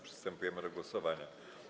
Przystępujemy do głosowania.